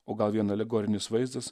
o gal vien alegorinis vaizdas